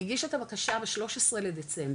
היא הגישה את הבקשה ב-13 לדצמבר,